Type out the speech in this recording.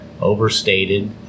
overstated